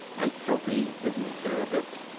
and sophy didn't care a bit.